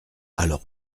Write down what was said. alors